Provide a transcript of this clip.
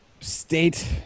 state